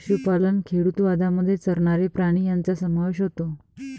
पशुपालन खेडूतवादामध्ये चरणारे प्राणी यांचा समावेश होतो